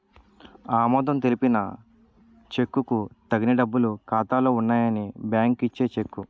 ఆమోదం తెలిపిన చెక్కుకు తగిన డబ్బులు ఖాతాలో ఉన్నాయని బ్యాంకు ఇచ్చే చెక్కు